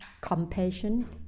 compassion